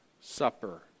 Supper